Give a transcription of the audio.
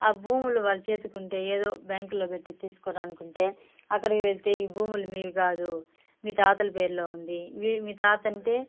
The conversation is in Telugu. ఆ భూములు వాళ్ళ చేతికి ఉంటే ఏదో బ్యాంకులో పెట్టి తీసుకోవడం అనుకుంటే అక్కడికి వెళ్తే ఈ భూములు మీవి కాదు మీ తాతల పేరులో ఉంది మీరు మీ తాత అంటే